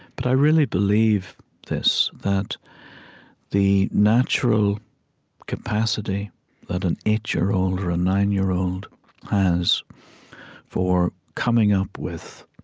but i really believe this, that the natural capacity that an eight-year-old or a nine-year-old has for coming up with,